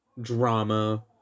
drama